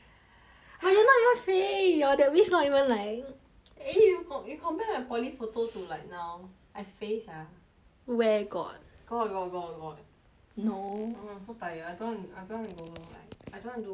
but you not even 肥 your that wish not even like eh you con~ you compare my poly photo to like now I 肥 sia you where got got got got no so tired I don't want I don't want go do like I don't want do class tomorrow